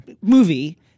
movie